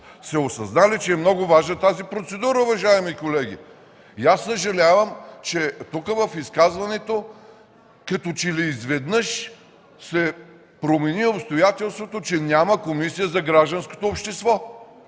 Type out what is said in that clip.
сте осъзнали, че тази процедура е много важна, уважаеми колеги. Съжалявам, че тук в изказването като че ли изведнъж се промени обстоятелството, че няма Комисия за гражданското общество.